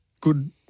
good